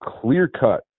clear-cut